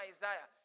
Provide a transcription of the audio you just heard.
Isaiah